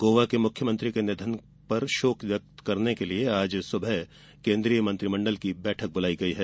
गोवा के मुख्यामंत्री के निधन पर शोक व्यक्त करने के लिए आज सवेरे केन्द्रीय मंत्रिमंडल की बैठक बुलाई गई है